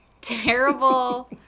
terrible